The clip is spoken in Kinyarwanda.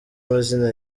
amazina